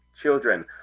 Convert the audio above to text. children